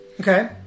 Okay